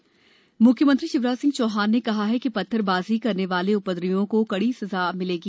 पत्थरबाजी कानून म्ख्यमंत्री शिवराज सिंह चौहान ने कहा है कि पत्थरबाजी करने वाले उपद्रवियों को कड़ी सजा मिलेगी